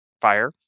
fire